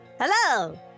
hello